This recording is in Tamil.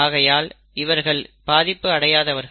ஆகையால் இவர்கள் பாதிப்பு அடையாதவர்கள்